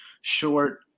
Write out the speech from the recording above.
short